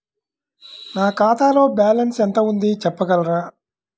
నా ఖాతాలో బ్యాలన్స్ ఎంత ఉంది చెప్పగలరా?